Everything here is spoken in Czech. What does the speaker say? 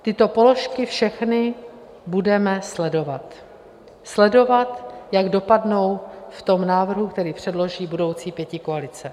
Všechny tyto položky budeme sledovat sledovat, jak dopadnou v tom návrhu, který předloží budoucí pětikoalice.